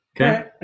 okay